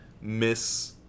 miss